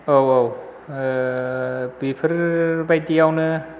औ औ बेफोर बायदियावनो